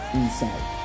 inside